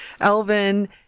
Elvin